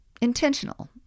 intentional